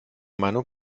meinung